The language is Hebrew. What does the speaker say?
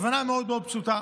הבנה מאוד מאוד פשוטה,